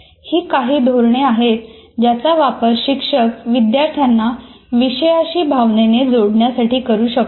ही काही धोरणे आहेत ज्याचा वापर शिक्षक विद्यार्थ्यांना विषयाशी भावनेने जोडण्यासाठी करू शकतो